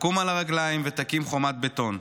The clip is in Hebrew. תקום על הרגליים ותקים חומת בטון.